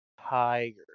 Tiger